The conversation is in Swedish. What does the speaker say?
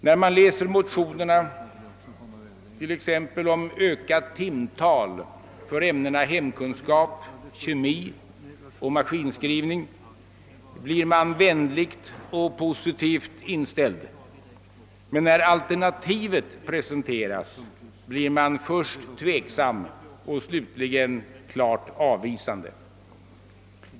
När man läser motionerna om ökade timtal för ämnena hemkunskap, kemi och maskinskrivning blir man vänligt stämd och positivt inställd, men när alternativet presenteras blir man först tveksam och ställer sig slutligen klart avvisande.